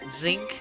zinc